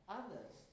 others